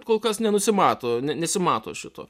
kol kas nenusimato nesimato šito